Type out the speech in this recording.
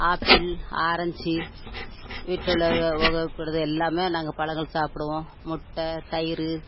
apple orange வீட்டில் உள்ளது உபயோகப்படுது எல்லாம் நாங்கள் பழங்கள் சாப்பிடுவோம் முட்டை தயிர்